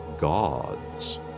gods